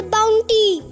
Bounty